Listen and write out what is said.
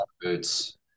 boots